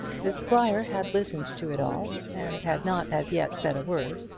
the squire had listened to it all, and had not as yet said a word.